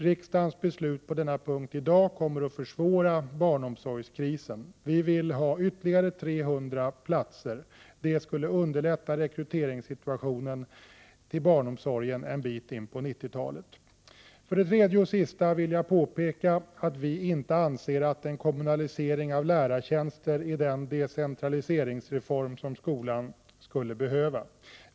Riksdagens beslut på denna punkt i dag kommer att förvärra barnomsorgskrisen. Vi vill ha ytterligare 300 platser. Det skulle underlätta rekryteringen till barnomsorgen en bit in på 1990-talet. För det tredje och sista vill jag påpeka att vi inte anser att en kommunalisering av lärartjänster är den decentraliseringsreform som skolan skulle behöva.